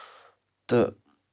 تہٕ